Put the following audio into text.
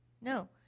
No